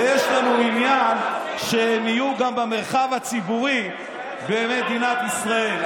ויש לנו עניין שהם יהיו גם במרחב הציבורי במדינת ישראל.